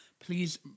Please